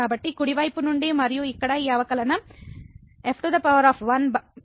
కాబట్టి కుడి వైపు నుండి మరియు ఇక్కడ ఈ అవకలనం f 1g1